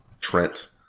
Trent